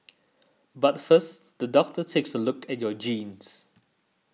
but first the doctor takes a look at your genes